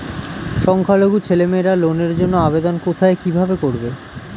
সংখ্যালঘু ছেলেমেয়েরা লোনের জন্য আবেদন কোথায় কিভাবে করবে?